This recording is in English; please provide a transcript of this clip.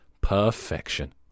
Perfection